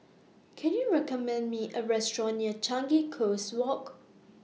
Can YOU recommend Me A Restaurant near Changi Coast Walk